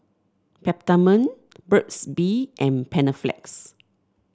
Peptamen Burt's Bee and Panaflex